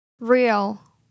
Real